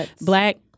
black